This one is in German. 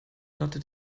lotte